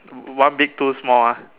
one big two small ah